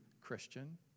Christian